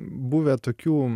buvę tokių